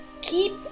keep